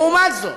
לעומת זאת,